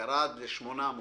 זה ירד ל-800.